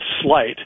slight